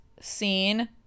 scene